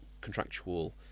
contractual